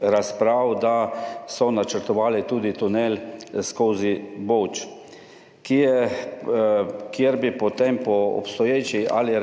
razprav, načrtovali so tudi tunel skozi Boč, kjer bi potem po obstoječih ali